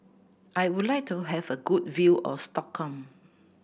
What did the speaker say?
I would like to have a good view of Stockholm